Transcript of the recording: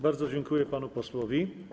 Bardzo dziękuję panu posłowi.